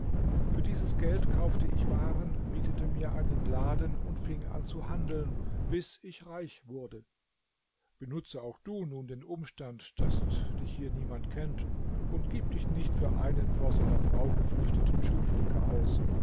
für dieses geld kaufte ich waren mietete mir einen laden und fing an zu handeln bis ich reich wurde benutze auch du nun den umstand daß dich hier niemand kennt und gib dich nicht für einen vor seiner frau geflüchteten schuhflicker aus